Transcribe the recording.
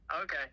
Okay